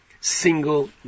single